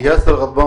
יאסר גדבאן,